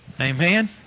Amen